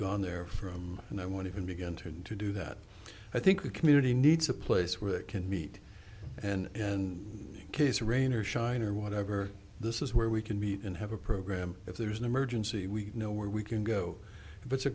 gone there from and i want even begin to do that i think the community needs a place where they can meet and case rain or shine or whatever this is where we can meet and have a program if there's an emergency we know where we can go if it's a